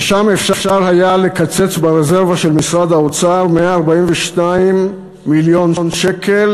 ושם אפשר היה לקצץ ברזרבה של משרד האוצר 142 מיליון שקל